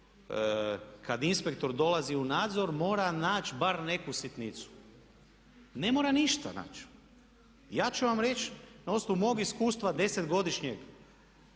kad inspektor dolazi u nadzor mora naći bar neku sitnicu. Ne mora ništa naći. Ja ću vam reći na osnovu mog iskustva, 10-godišnjeg